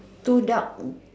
to dark